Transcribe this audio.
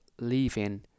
leaving